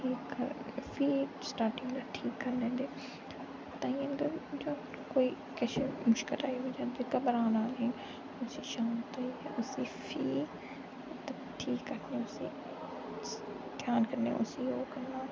ठीक फ्ही स्टार्टिंग दा ठीक करी लैंदे ताहियें मतलब कोई किश मुश्कल आई बी जंदी घबराना नेईं असी शांत होइयै उसी फ्ही ठीक करदे उसी ध्यान कन्नै उसी ओह् करना